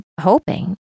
hoping